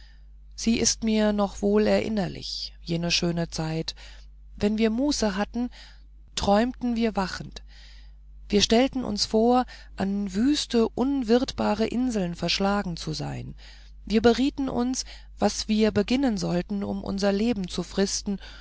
sie ist mir noch wohl erinnerlich jene schöne zeit wenn wir muße dazu hatten träumten wir wachend wir stellten uns vor an wüste unwirtbare inseln verschlagen zu sein wir berieten uns was wir beginnen sollten um unser leben zu fristen